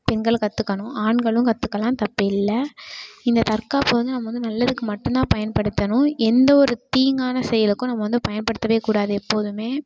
பெண்கள் கற்றுக்கணும் ஆண்களும் கற்றுக்கலாம் தப்பு இல்லை இந்த தற்காப்பு வந்து நம்ம வந்து நல்லதுக்கு மட்டும் தான் பயன்படுத்தணும் எந்த ஒரு தீங்கான செயலுக்கும் நம்ம வந்து பயன்படுத்தவேக்கூடாது எப்போதுமே